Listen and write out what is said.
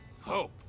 Hope